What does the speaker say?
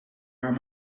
aan